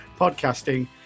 Podcasting